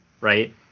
right